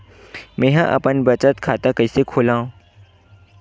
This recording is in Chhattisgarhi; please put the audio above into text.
मेंहा अपन बचत खाता कइसे खोलव?